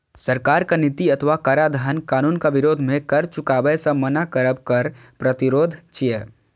सरकारक नीति अथवा कराधान कानूनक विरोध मे कर चुकाबै सं मना करब कर प्रतिरोध छियै